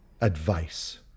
advice